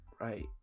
right